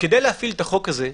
כדי להפעיל את החוק הזה,